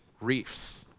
reefs